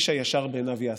איש הישר בעיניו יעשה".